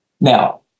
Now